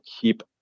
keep